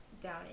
down